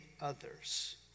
others